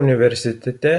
universitete